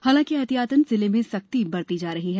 हालांकि अहतियातन जिले में सख्ती बरती जा रही है